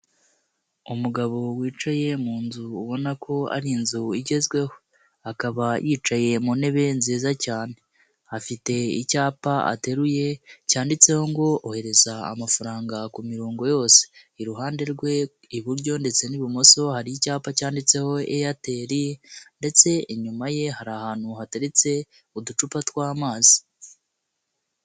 Umugabo wicaye mu nzu ubona ko ari inzu igezweho, akaba yicaye mu ntebe nziza cyane, afite icyapa ateruye cyanditseho ngo: "Ohereza amafaranga ku mirongo yose", iruhande rwe iburyo ndetse n'ibumoso hari icyapa cyanditseho Airtel ndetse inyuma ye hari ahantu hateretse uducupa tw'amazi.